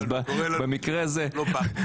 זה קורה לנו, זו לא פעם ראשונה.